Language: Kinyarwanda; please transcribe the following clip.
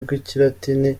rw’ikilatini